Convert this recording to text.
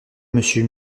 monsieur